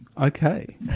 Okay